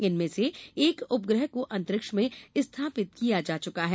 इनमें से एक उपग्रह को अंतरिक्ष में स्थापित किया जा चुका है